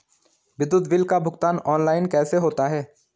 विद्युत बिल का भुगतान ऑनलाइन कैसे होता है?